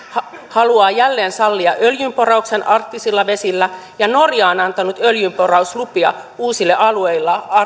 haluaa jälleen sallia öljynporauksen arktisilla vesillä ja norja on antanut öljynporauslupia uusilla alueilla